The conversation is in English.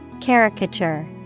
Caricature